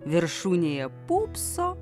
viršūnėje pūpso